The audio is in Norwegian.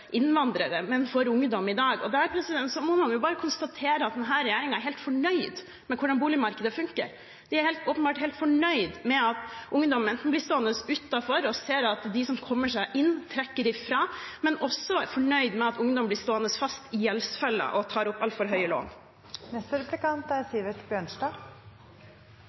innvandrere, men for ungdom i dag. Der må man bare konstatere at denne regjeringen er helt fornøyd med hvordan boligmarkedet fungerer. De er åpenbart helt fornøyd med at ungdom blir stående utenfor og ser at de som kommer seg inn, trekker ifra, men de er også fornøyd med at ungdom blir stående fast i gjeldsfeller og tar opp altfor høye lån. SV sier ofte at de er